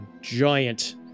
giant